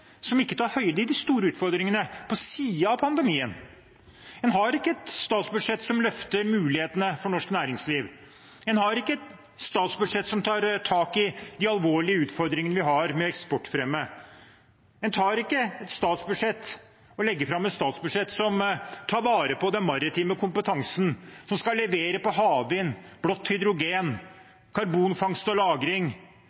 som ikke tar høyde for de store utfordringene på siden av pandemien. En har ikke et statsbudsjett som løfter mulighetene for norsk næringsliv. En har ikke et statsbudsjett som tar tak i de alvorlige utfordringene vi har med eksportfremme. En legger ikke fram et statsbudsjett som tar vare på den maritime kompetansen, som skal levere på havvind,